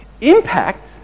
impact